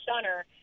stunner